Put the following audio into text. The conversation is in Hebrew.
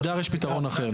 לעמידר יש פתרון אחר.